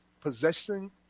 possessing